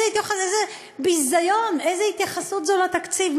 איזה ביזיון, איזו התייחסות זו לתקציב?